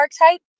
archetype